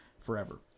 forever